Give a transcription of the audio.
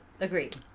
Agreed